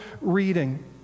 reading